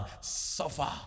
Suffer